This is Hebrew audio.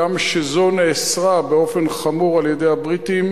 אף שזאת נאסרה באופן חמור על-ידי הבריטים